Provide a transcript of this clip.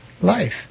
life